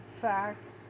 facts